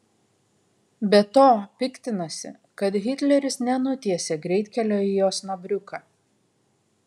be to piktinasi kad hitleris nenutiesė greitkelio į osnabriuką